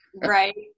Right